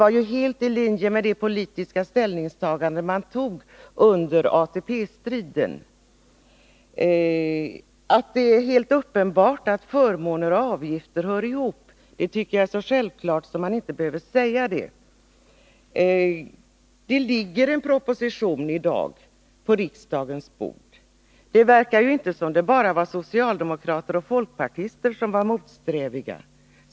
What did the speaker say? Detta låg helt i linje med det politiska ställningstagande man gjorde under ATP-striden. Att förmåner och avgifter hör ihop tycker jag är så självklart att man inte behöver säga det. Det ligger i dag en proposition på riksdagens bord. Det verkar inte som om det bara är socialdemokrater och folkpartister som är motsträviga.